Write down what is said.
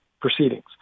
proceedings